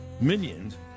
minions